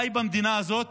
אני חי במדינה הזאת,